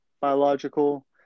biological